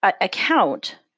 account